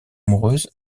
amoureuse